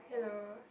hello